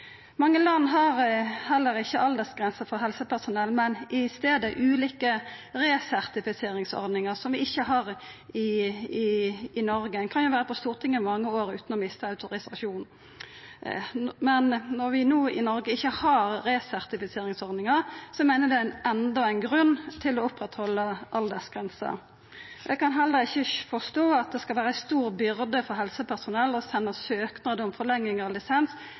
Mange land har heller ikkje aldersgrense for helsepersonell, men i staden ulike resertifiseringsordningar, som vi ikkje har i Noreg. Ein kan jo vera på Stortinget i mange år utan å mista autorisasjonen! At vi no i Noreg ikkje har resertifiseringsordningar, meiner eg er endå ein grunn til å behalda aldersgrensa. Eg kan heller ikkje forstå at det skal vera ei stor byrde for helsepersonell å senda søknad om forlenging av lisens